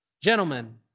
Gentlemen